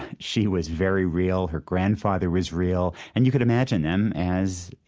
she was very real, her grandfather was real, and you could imagine them as,